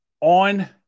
on